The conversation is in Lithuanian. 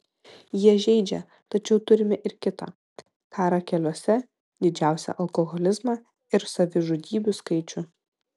jie žeidžia tačiau turime ir kita karą keliuose didžiausią alkoholizmą ir savižudybių skaičių